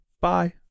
Bye